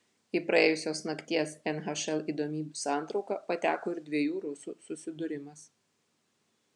į praėjusios nakties nhl įdomybių santrauką pateko ir dviejų rusų susidūrimas